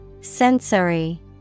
Sensory